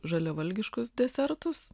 žaliavalgiškus desertus